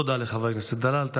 תודה לחבר הכנסת דלל.